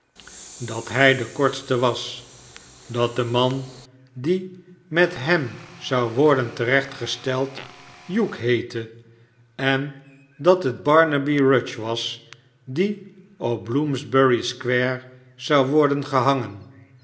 dat hij de kortste was dat de man die met hem zou worden te recht gesteld hugh heette en dat het barnaby rudge was die op bloomsbury square zou worder genangen